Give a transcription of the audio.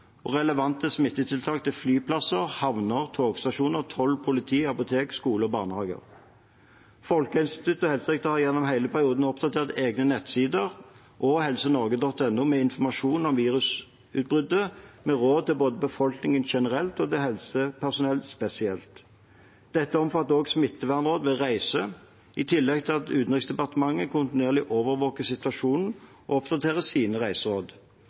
og relevante smittetiltak til flyplasser, havner, togstasjoner, toll, politi, apotek, skoler og barnehager. Folkehelseinstituttet og Helsedirektoratet har gjennom hele perioden oppdatert egne nettsider og helsenorge.no med informasjon om virusutbruddet med råd til befolkningen generelt og til helsepersonell spesielt. Dette omfatter også smittevernråd ved reise, i tillegg til at Utenriksdepartementet kontinuerlig overvåker situasjonen og oppdaterer sine reiseråd.